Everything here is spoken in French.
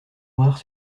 noires